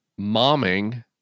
momming